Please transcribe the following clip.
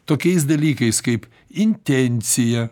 tokiais dalykais kaip intencija